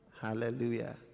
Hallelujah